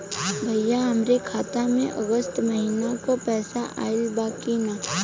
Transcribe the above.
भईया हमरे खाता में अगस्त महीना क पैसा आईल बा की ना?